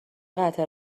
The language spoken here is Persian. قطع